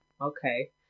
okay